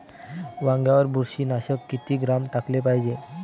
वांग्यावर बुरशी नाशक किती ग्राम टाकाले पायजे?